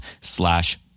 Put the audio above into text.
slash